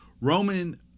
Roman